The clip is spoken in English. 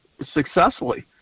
successfully